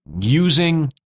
using